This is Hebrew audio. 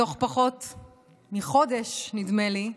בתוך פחות מחודש, נדמה לי,